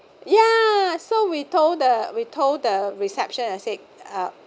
ya so we told the we told the reception and said uh